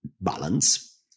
balance